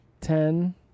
Ten